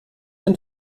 den